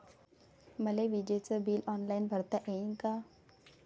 मले विजेच bill online भरता येईन का?